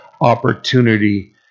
opportunity